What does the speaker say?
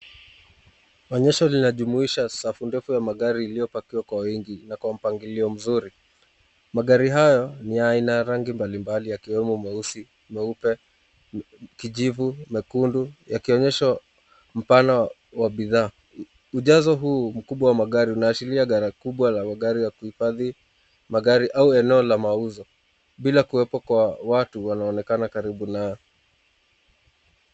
Onyesho linajumuisha safi ndefu ya magari iliyopakiwa kwa wingi na kwa mipangilio mzuri. Magari hayo ni ya rangi mbali mbali yakiwemo, meupe, mweusi, kijivu, nyekundu yakionyesha mfano wa bidhaa. Mchazo huu wa magari inaashiria gara kubwa wa magari ya kuifadhia magari au eneo la mauzo pila kuwemo na watu wanaonekana karibu nayo.